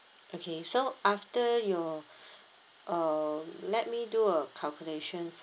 okay so after your uh let me do a calculation